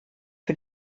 für